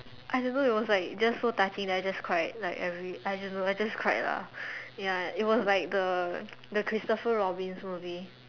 I don't know it was like just so touching that I just cried like every I don't know I just cried lah it was like the the Christopher Robins movie